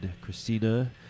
Christina